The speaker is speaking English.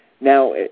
Now